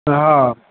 हाँ